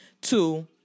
Two